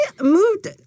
moved